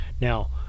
Now